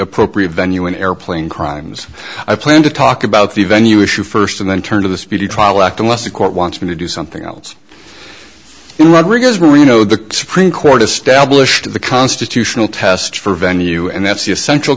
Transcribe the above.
appropriate venue in airplane crimes i plan to talk about the venue issue first and then turn to the speedy trial act unless the court wants me to do something else rodriguez were you know the supreme court established the constitutional test for venue and that's the essential